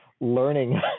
learning